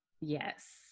Yes